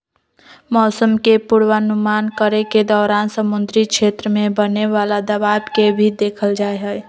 मौसम के पूर्वानुमान करे के दौरान समुद्री क्षेत्र में बने वाला दबाव के भी देखल जाहई